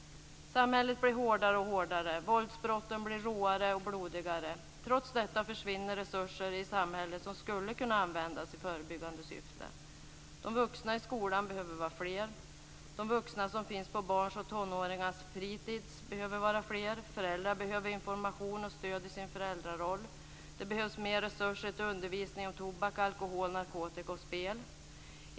Samhället blir hårdare och hårdare och våldsbrotten blir råare och blodigare. Trots detta försvinner resurser i samhället som skulle kunna användas i förebyggande syfte. De vuxna i skolan behöver vara fler. De vuxna som finns på barns och tonåringars fritis behöver vara fler. Föräldrar behöver information och stöd i sin föräldraroll. Det behövs mer resurser till undervisning om tobak, alkohol, narkotika och spel.